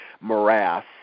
morass